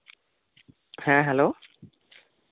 ᱦᱮᱸ ᱦᱮᱞᱳ